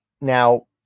now